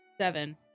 Seven